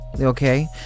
okay